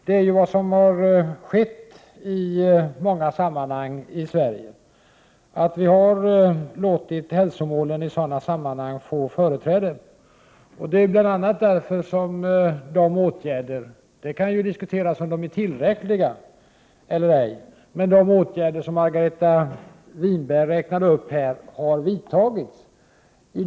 Det är ju vad som har skett i Sverige — i många sammanhang har vi låtit hälsomålen få företräde. Det är bl.a. därför som de åtgärder — det kan diskuteras om de är tillräckliga eller ej — som Margareta Winberg nämnde har vidtagits.